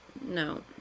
no